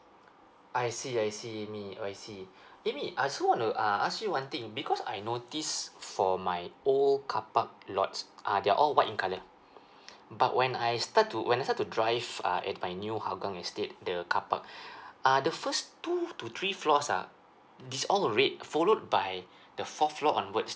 I see I see amy I see amy I just wanna uh ask you one thing because I noticed for my old carpark lots uh they're all white in colour but when I start to when I start to drive uh at my hougang estate the carpark uh the first two to three floors ah it's all red followed by the fourth floor onwards